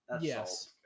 yes